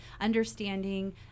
understanding